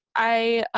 i